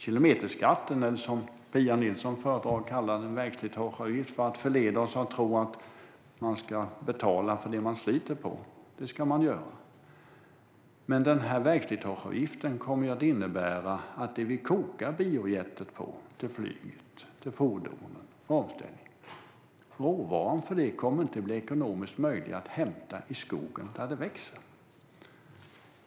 Kilometerskatten föredrar Pia Nilsson att kalla för en vägslitageavgift för att förleda oss att tro att man ska betala för det man sliter på, och det ska man göra. Men den här vägslitageavgiften kommer att innebära att den råvara som vi kokar biojet på, till flyg och till fordon för omställning, inte kommer att bli ekonomiskt möjlig att hämta i skogen där den växer.